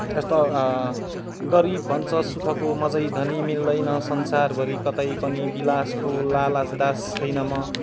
यस्तो गरीब भन्छ सुखको म झैँ धनी मिल्दैन संसारभरि कतै पनि बिलासको लालच दास छैन म